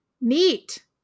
Neat